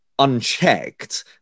Unchecked